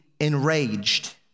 enraged